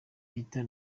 peter